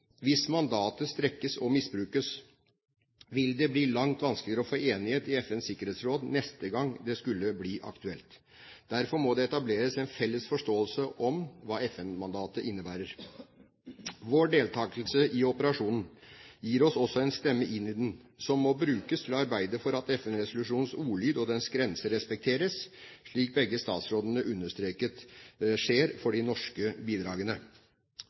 Hvis mandatet strekkes og misbrukes, vil det bli langt vanskeligere å få enighet i FNs sikkerhetsråd neste gang det skulle bli aktuelt. Derfor må det etableres en felles forståelse av hva FN-mandatet innebærer. Vår deltakelse i operasjonen gir oss også en stemme inn i den, som må brukes til å arbeide for at FN-resolusjonens ordlyd og dens grenser respekteres, slik begge statsrådene understreket skjer når det gjelder de norske bidragene.